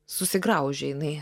susigraužė jinai